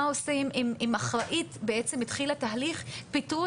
מה עושים עם אחראית התחילה תהליך ופיטרו